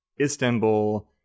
Istanbul